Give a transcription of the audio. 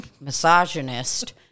misogynist